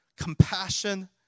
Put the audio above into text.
compassion